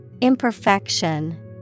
Imperfection